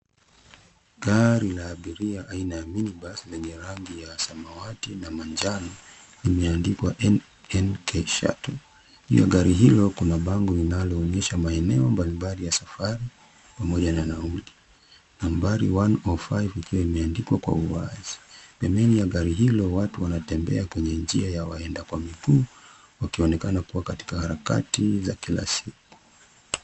Gari la abiria aina ya minibus lenye rangi ya samawati na manjano limeandikwa NK Shuttle . Juu ya gari hilo kuna bango linaloonyesha maeneo mbalimbali ya safari pamoja na nauli. Nambari 105 ikiwa imeandikwa kwa uwazi. Pembeni ya gari hilo watu wanatembea kwenye njia ya waenda kwa miguu wakionekana kuwa katika harakati za kila siku.